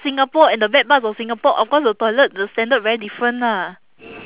singapore and the bad parts of singapore of course the toilet the standard very different lah